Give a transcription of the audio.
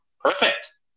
perfect